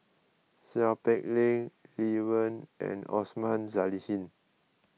Seow Peck Leng Lee Wen and Osman Zailani